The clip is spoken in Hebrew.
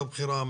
לא בחירה,